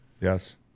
Yes